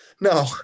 No